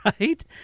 right